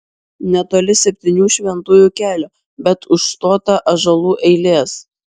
netoli septynių šventųjų kelio bet užstotą ąžuolų eilės